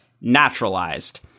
naturalized